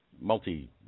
multi